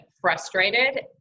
frustrated